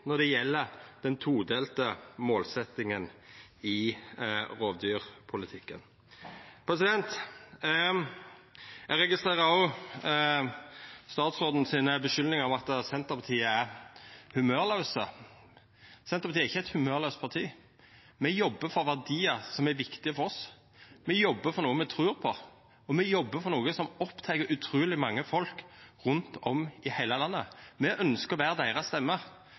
når det gjeld den todelte målsetjinga i rovdyrpolitikken. Eg registrerer òg statsråden sine skuldingar om at Senterpartiet er humørlaust. Senterpartiet er ikkje eit humørlaust parti. Me jobbar for verdiar som er viktige for oss. Me jobbar for noko me trur på. Og me jobbar for noko som opptek utruleg mange folk rundt om i heile landet. Me ønskjer å vera deira